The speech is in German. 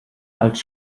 als